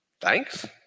Thanks